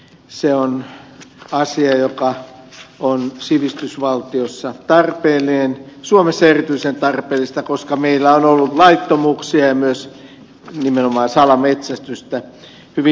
se on asia joka on sivistysvaltiossa tarpeellinen suomessa erityisen tarpeellinen koska meillä on ollut laittomuuksia ja myös nimenomaan salametsästystä hyvin julmalla tavalla